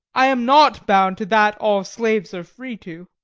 i am not bound to that all slaves are free to.